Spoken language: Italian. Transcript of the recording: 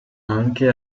anche